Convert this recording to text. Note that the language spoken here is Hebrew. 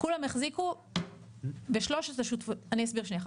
כולם החזיקו בשלושת השותפויות אני אסביר שנייה,